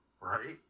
Right